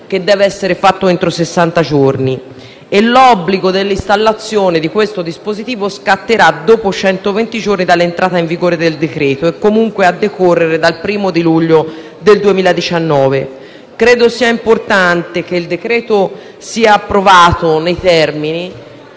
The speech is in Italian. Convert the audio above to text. che deve essere emanato entro sessanta giorni; l'obbligo dell'installazione di questo dispositivo scatterà dopo centoventi giorni dall'entrata in vigore del decreto e comunque a decorrere dal 1° luglio 2019. È importante che il decreto sia approvato nei termini